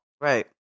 Right